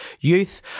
youth